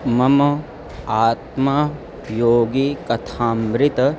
मम आत्मा योगी कथामृतम्